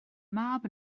mab